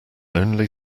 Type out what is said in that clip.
only